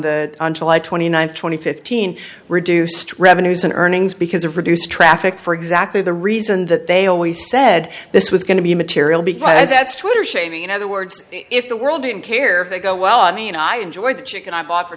the on july twenty ninth twenty fifteen reduced revenues and earnings because of produce traffic for exactly the reason that they always said this was going to be material because that's twitter shaming in other words if the world didn't care if they go well i mean i enjoyed the chicken i bought for